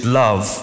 love